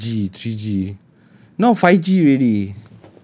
sometimes even G three G now five G already